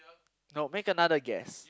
no make another guess